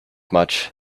much